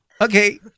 Okay